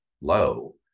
low